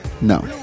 no